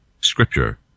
Scripture